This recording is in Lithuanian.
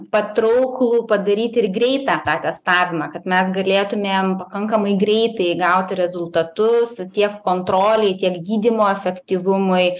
patrauklų padaryti ir greitą tą testavimą kad mes galėtumėm pakankamai greitai gauti rezultatus tiek kontrolei tiek gydymo efektyvumui